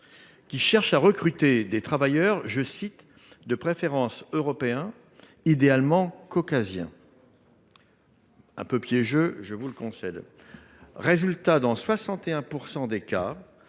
cherchant à recruter des travailleurs « de préférence européens, idéalement caucasiens ». C’était un peu piégeux, je vous le concède… Résultat : dans 61 % des cas,